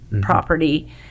property